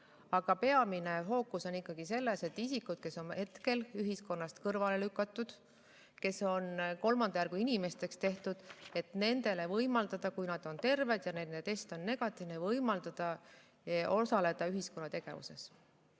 Aga peamine fookus on ikkagi sellel, et isikutele, kes on hetkel ühiskonnast kõrvale lükatud, kolmanda järgu inimesteks tehtud, võimaldada, kui nad on terved ja nende test on negatiivne, osaleda ühiskonna tegevuses.